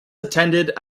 attended